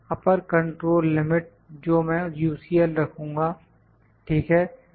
अपर control limit जो मैं UCL रखूंगा ठीक है